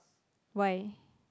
why